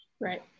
Right